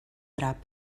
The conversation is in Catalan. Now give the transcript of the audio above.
drap